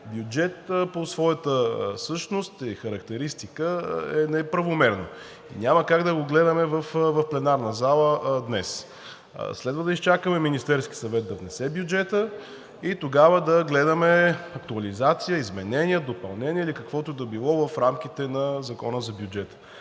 бюджет по своята същност и характеристика е неправомерно. Няма как да го гледаме в пленарната зала днес. Следва да изчакаме Министерския съвет да внесе бюджета и тогава да гледаме актуализация, изменение, допълнение или каквото и да било в рамките на Закона за бюджета.